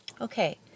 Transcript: Okay